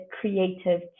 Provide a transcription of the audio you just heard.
creative